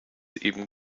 eben